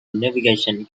navigation